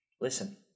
Listen